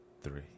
three